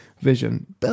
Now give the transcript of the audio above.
vision